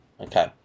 Okay